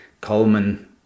Coleman